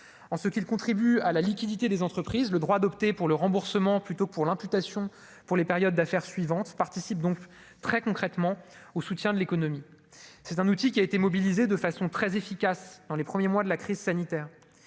en ce qu'ils contribuent à la liquidité des entreprises le droit d'opter pour le remboursement, plutôt pour l'imputation pour les périodes d'affaire suivante participe donc très concrètement au soutien de l'économie, c'est un outil qui a été mobilisés de façon très efficace dans les premiers mois de la crise sanitaire,